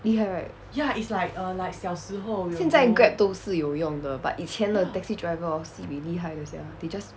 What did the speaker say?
厉害 right 现在 grab 都是有用的 but 以前的 taxi driver orh sibeh 厉害的 sia they just